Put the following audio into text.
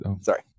Sorry